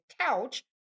couch